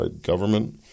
government